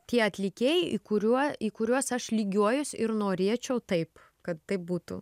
tie atlikėjai į kuriuo į kuriuos aš lygiuojuos ir norėčiau taip kad taip būtų